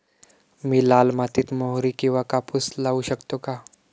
मी लाल मातीत मोहरी किंवा कापूस लावू शकतो का?